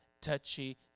touchy